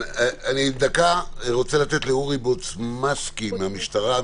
אני רוצה לתת לאורי בוצ'ומנסקי מהמשטרה,